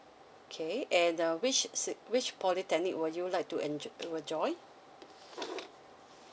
okay and uh which ci~ which polytechnic would you like to enjoy you uh join